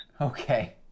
Okay